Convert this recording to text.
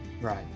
Right